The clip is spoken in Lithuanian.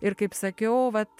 ir kaip sakiau vat